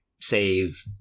save